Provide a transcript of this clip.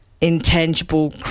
intangible